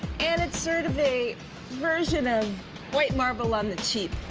and it's sort of a version of white marble on the cheap.